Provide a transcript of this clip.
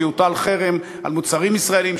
שיוטל חרם על מוצרים ישראליים,